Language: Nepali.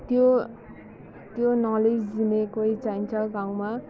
त्यो त्यो नलेज दिने कोही चाहिन्छ गाउँमा